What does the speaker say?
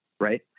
right